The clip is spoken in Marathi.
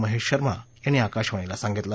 महेश शर्मा यांनी आकाशवाणीला सांगितलं